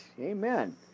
Amen